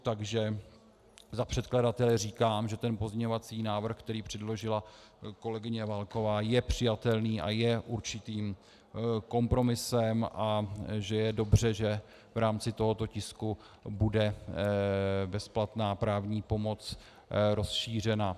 Takže za předkladatele říkám, že pozměňovací návrh, který předložila kolegyně Válková, je přijatelný a je určitým kompromisem a že je dobře, že v rámci tohoto tisku bude bezplatná právní pomoc rozšířena.